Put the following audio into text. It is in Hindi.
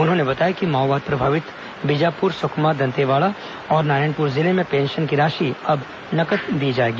उन्होंने बताया कि माओवाद प्रभावित बीजापुर सुकमा दंतेवाड़ा और नारायणपुर जिले में अब पेंशन की राशि नकद दी जाएगी